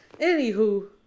Anywho